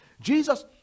Jesus